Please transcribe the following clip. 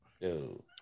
Dude